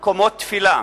תפילה.